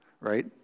right